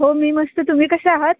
हो मी मस्त तुम्ही कशा आहात